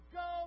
go